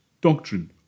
doctrine